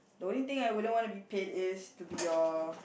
the only thing I wouldn't want to be paid is to be your